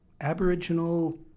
Aboriginal